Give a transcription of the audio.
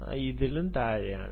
വിദ്യാർത്ഥി ഇതിലും താഴ്ന്നത്